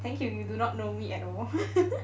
thank you you do not know me at all